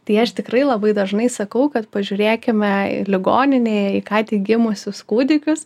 tai aš tikrai labai dažnai sakau kad pažiūrėkime ligoninėje į ką tik gimusius kūdikius